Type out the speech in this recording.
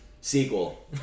sequel